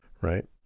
right